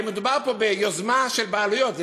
הרי מדובר פה ביוזמה של בעלויות,